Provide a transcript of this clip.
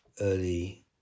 early